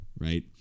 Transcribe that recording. right